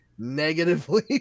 negatively